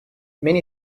many